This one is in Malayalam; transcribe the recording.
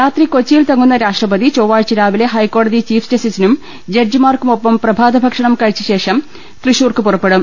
രാത്രി കൊച്ചിയിൽ തങ്ങുന്ന രാഷ്ട്രപതി ചൊവ്വാഴ്ച രാവിലെ ഹൈക്കോടതി ചീഫ് ജസ്റ്റിസിനും ജഡ്ജി മാർക്കുമൊപ്പം പ്രഭാതഭക്ഷണം കഴിച്ച ശേഷം തൃശൂർക്ക് പുറപ്പെ ടും